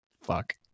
fuck